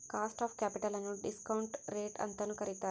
cost of capital ನ್ನು discount rate ಅಂತನು ಕರಿತಾರೆ